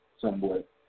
somewhat